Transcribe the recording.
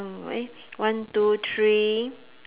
eh one two three